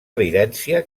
evidència